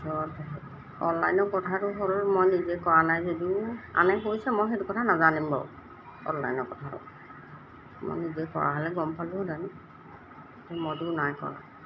তাৰ পিছত অনলাইনৰ কথাটো হ'ল মই নিজে কৰা নাই যদিও আনে কৈছে মই সেইটো কথা নাজানিম বাৰু অনলাইনৰ কথাটো মই নিজে কৰা হ'লে গম পালোঁ হেতেন মইতো নাই কৰা